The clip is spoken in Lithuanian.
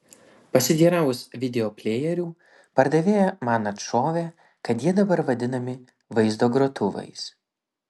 pasiteiravus videoplejerių pardavėja man atšovė kad jie dabar vadinami vaizdo grotuvais